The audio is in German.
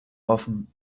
offen